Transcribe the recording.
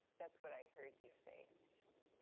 that's what i heard you say, initially.